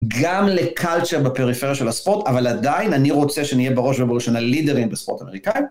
גם לקלצ'ר בפריפריה של הספורט, אבל עדיין אני רוצה שנהיה בראש ובראשונה לידרים בספורט אמריקאי.